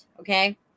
okay